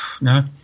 No